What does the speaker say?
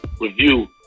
review